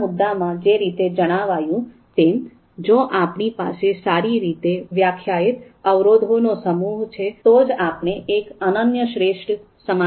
આગળના મુદ્દામાં જે રીતે જણાવ્યું તેમ જો આપણી પાસે સારી રીતે વ્યાખ્યાયિત અવરોધનો સમૂહ છે તો જ આપણે એક અનન્ય શ્રેષ્ઠ સમાધાન શોધી શકશું